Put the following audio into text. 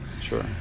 sure